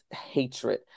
hatred